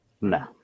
No